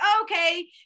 okay